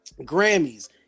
grammys